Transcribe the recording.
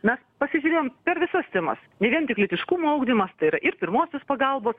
mes pasižiūrėjom per visas temas ne vien tik lytiškumo ugdymas tai yra ir pirmosios pagalbos